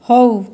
ହେଉ